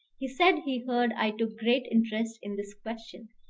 he said he heard i took great interest in this question,